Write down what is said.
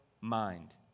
mind